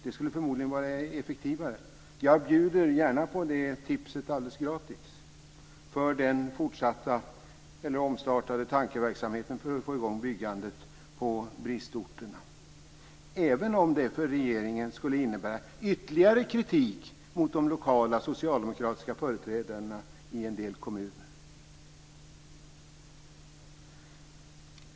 Det skulle förmodligen vara effektivare. Jag bjuder gärna på det tipset alldeles gratis för den fortsatta eller omstartade tankeverksamheten för att få i gång byggandet på bristorterna, även om det för regeringen skulle innebära ytterligare kritik mot de lokala socialdemokratiska företrädarna i en del kommuner.